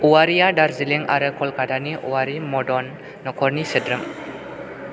अवारिआ दार्जिलिं आरो कलकातानि अवारि मदन नख'रनि सोद्रोम